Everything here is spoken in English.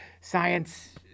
science